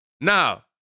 Now